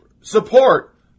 support